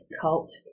cult